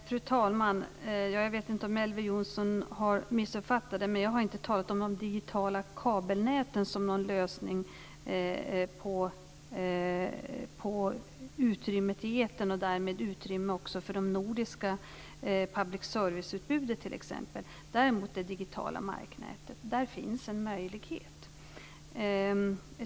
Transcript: Fru talman! Jag vet inte om Elver Jonsson har missuppfattat mig, men jag har inte talat om de digitala kabelnäten som någon lösning på utrymmet i etern och därmed utrymme för det nordiska public service-utbudet. Däremot finns en möjlighet i det digitala marknätet.